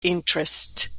interests